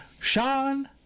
Sean